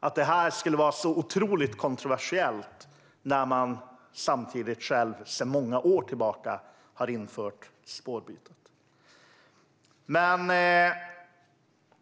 Hur kan det här vara så otroligt kontroversiellt när ni samtidigt själva sedan många år tillbaka har infört spårbyten?